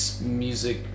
music